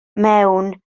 mewn